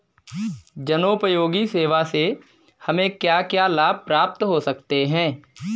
जनोपयोगी सेवा से हमें क्या क्या लाभ प्राप्त हो सकते हैं?